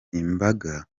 imbaga